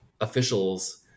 officials